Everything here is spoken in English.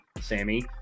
sammy